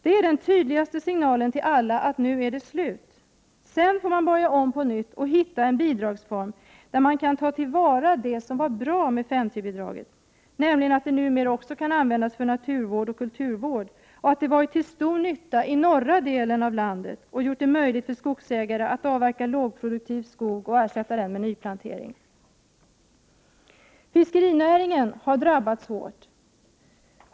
Det är den tydligaste signalen till alla att nu är det slut. Sedan får man börja om på nytt och hitta en bidragsform, som kan ta till vara det som var bra med 5:3-bidraget, nämligen att det numera också kan användas för naturvård och kulturvård och att det varit till stor nytta i norra delen av landet och gjort det möjligt för skogsägare att avverka lågproduktiv skog och ersätta den med nyplantering. Fiskerinäringen har drabbats hårt.